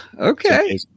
Okay